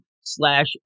slash